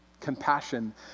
Compassion